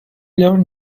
learn